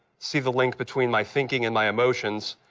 see the link between my thinking and my emotions.